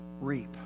Reap